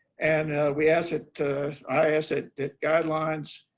and we ask that i ask that that guidelines